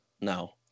Now